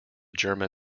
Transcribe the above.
german